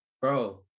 Bro